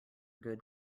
good